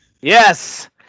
Yes